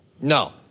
No